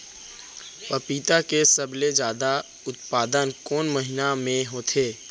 पपीता के सबले जादा उत्पादन कोन महीना में होथे?